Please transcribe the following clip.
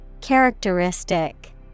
Characteristic